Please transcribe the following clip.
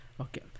okay